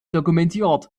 dokumentiert